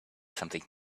something